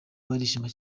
barishima